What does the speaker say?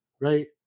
right